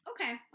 okay